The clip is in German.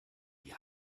die